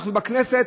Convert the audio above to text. אנחנו בכנסת